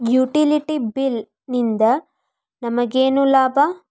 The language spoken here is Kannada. ಯುಟಿಲಿಟಿ ಬಿಲ್ ನಿಂದ್ ನಮಗೇನ ಲಾಭಾ?